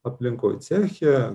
aplinkoj ceche